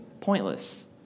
pointless